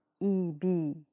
E-B